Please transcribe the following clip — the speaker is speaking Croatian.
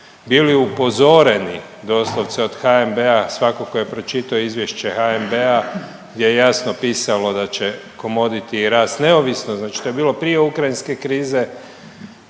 bili upozoreni doslovce od HNB-a. Svako ko je pročitao izvješće HNB-a gdje je jasno pisalo da će … i rast neovisno znači to je bilo prije ukrajinske krize